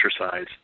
exercise